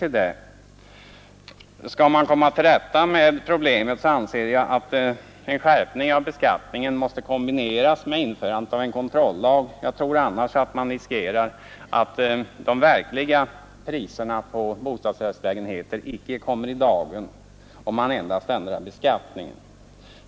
Jag anser att om man skall komma till rätta med problemet måste en skärpning av beskattningen kombineras med införande av en kontrollag. Jag tror att man riskerar att de verkliga priserna på bostadsrättslägenheter icke kommer i dagen, om man endast ändrar beskattningen.